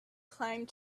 climbed